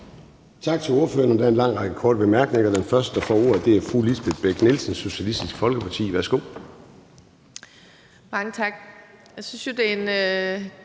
Tak til ordføreren. Der er en lang række korte bemærkninger. Den første, der får ordet, er fru Lisbeth Bech-Nielsen, Socialistisk Folkeparti. Værsgo. Kl.